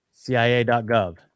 CIA.gov